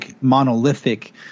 monolithic